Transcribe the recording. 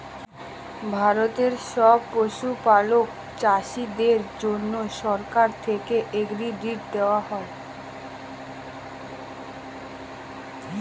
ভারতের সব পশুপালক চাষীদের জন্যে সরকার থেকে ক্রেডিট দেওয়া হয়